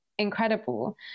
incredible